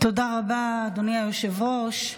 תודה רבה, אדוני היושב-ראש.